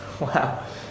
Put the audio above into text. Wow